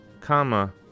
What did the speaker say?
comma